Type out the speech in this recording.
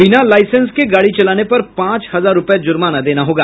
बिना लाईसेंस के गाड़ी चलाने पर पांच हजार रूपये जुर्माना देना होगा